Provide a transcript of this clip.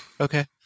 Okay